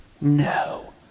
no